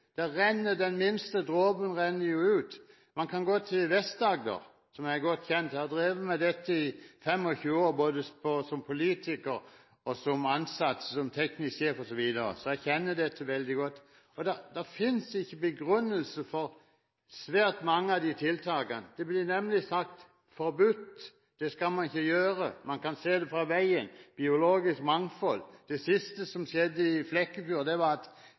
Der renner jo den minste dråpen ut. Man kan gå til Vest-Agder, hvor jeg er godt kjent. Jeg har drevet med dette i 25 år, både som politiker og som ansatt – som teknisk sjef osv. – så jeg kjenner dette veldig godt. Det finnes ikke begrunnelser for svært mange av tiltakene. Det blir nemlig sagt: forbudt, det skal man ikke gjøre, man kan se det fra veien, biologisk mangfold etc. Det siste, som skjedde i Flekkefjord, var at